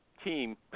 team